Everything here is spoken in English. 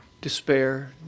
despair